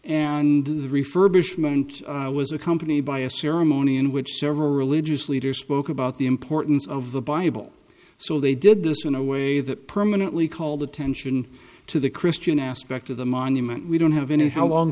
the refurbishment was accompanied by a ceremony in which several religious leaders spoke about the importance of the bible so they did this in a way that permanently called attention to the christian aspect of the monument we don't have any how long